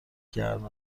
گرم